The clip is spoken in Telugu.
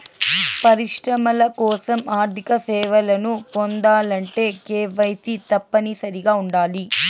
పరిశ్రమల కోసం ఆర్థిక సేవలను పొందాలంటే కేవైసీ తప్పనిసరిగా ఉండాలి